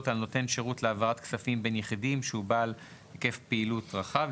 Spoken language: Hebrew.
על נותן שירות להעברת כספים בין יחידים שהוא בעל היקף פעילות רחב,